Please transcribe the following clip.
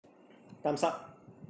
thumbs up